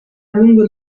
lungo